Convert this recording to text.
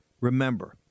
Remember